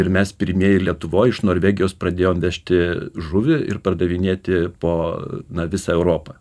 ir mes pirmieji lietuvoj iš norvegijos pradėjom vežti žuvį ir pardavinėti po visą europą